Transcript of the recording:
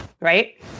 right